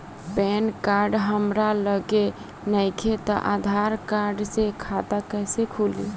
Pan card हमरा लगे नईखे त आधार कार्ड से खाता कैसे खुली?